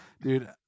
dude